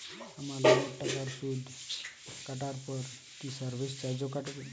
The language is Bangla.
আমার লোনের টাকার সুদ কাটারপর কি সার্ভিস চার্জও কাটবে?